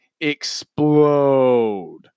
explode